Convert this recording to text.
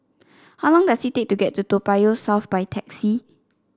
how long does it take to get to Toa Payoh South by taxi